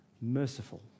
merciful